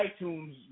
iTunes